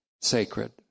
sacred